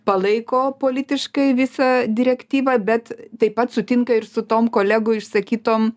palaiko politiškai visą direktyvą bet taip pat sutinka ir su tom kolegų išsakytom